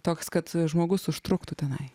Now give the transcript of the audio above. toks kad žmogus užtruktų tenai